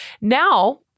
Now